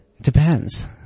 depends